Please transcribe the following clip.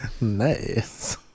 nice